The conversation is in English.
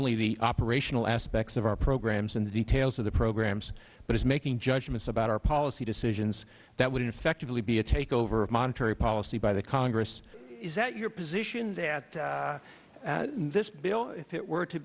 only the operational aspects of our programs and the details of the programs but as making judgments about our policy decisions that would in effect to be a takeover of monetary policy by the congress is that your position that this bill if it were to